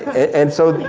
and so,